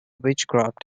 witchcraft